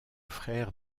frère